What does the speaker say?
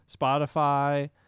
Spotify